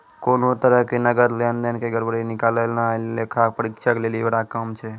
कोनो तरहो के नकद लेन देन के गड़बड़ी निकालनाय लेखा परीक्षक लेली बड़ा काम छै